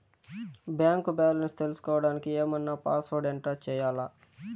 Bank balance తెలుసుకోవడానికి ఏమన్నా password enter చేయాలా?